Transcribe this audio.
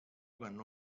ganó